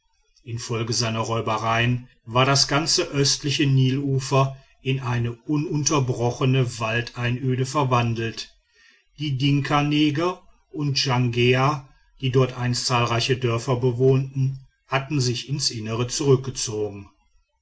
infolge seiner räubereien war das ganze östliche nilufer in eine ununterbrochene waldeinöde verwandelt die dinkaneger oder djangeh die dort einst zahlreiche dörfer bewohnten hatten sich ins innere zurückgezogen